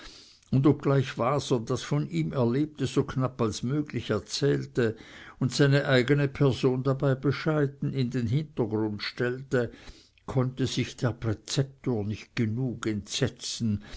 und obgleich waser das von ihm erlebte so knapp als möglich erzählte und seine eigene person dabei bescheiden in den hintergrund stellte konnte sich der präzeptor nicht genug entsetzen